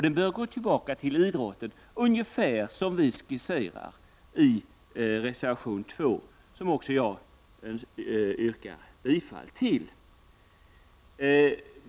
Den bör gå tillbaka till idrotten i ungefär den form som vi skisserar i reservation 2, som också jag yrkar bifall till.